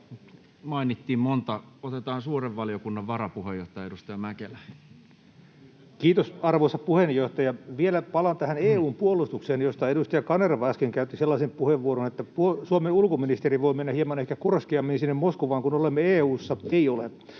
Mainittiin monta. — Otetaan suuren valiokunnan varapuheenjohtaja, edustaja Mäkelä. Kiitos, arvoisa puheenjohtaja! Vielä palaan tähän EU:n puolustukseen, josta edustaja Kanerva äsken käytti sellaisen puheenvuoron, että Suomen ulkoministeri voi mennä ehkä hieman korskeammin sinne Moskovaan, kun olemme EU:ssa. Se on